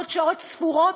בעוד שעות ספורות,